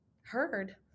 heard